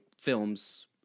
films